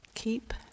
Keep